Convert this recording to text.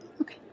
Okay